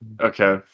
Okay